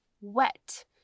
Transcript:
wet